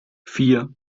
vier